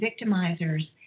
victimizers